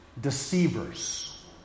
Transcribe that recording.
deceivers